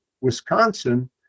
Wisconsin